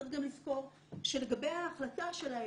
צריך גם לזכור שלגבי ההחלטה שלהם,